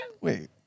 Wait